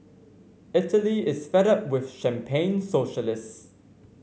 Italy is fed up with champagne socialists